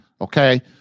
Okay